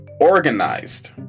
organized